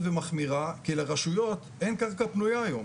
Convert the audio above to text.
ומחמירה כי לרשויות אין קרקע פנויה היום.